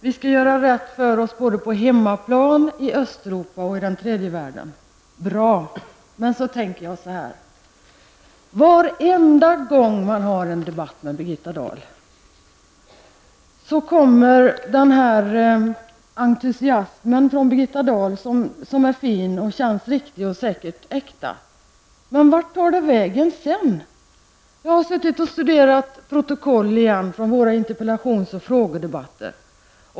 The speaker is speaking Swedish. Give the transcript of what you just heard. Vi skall göra rätt för oss både på hemmaplan, i Östeuropa och i tredje världen. Bra! Men så tänker jag så här: Varje gång man har en debatt med Birgitta Dahl kommer hennes entusiasm fram. Den är fin och känns äkta. Men vad händer sedan? Jag har suttit och studerat protokoll från våra interpellations och frågedebatter.